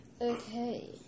okay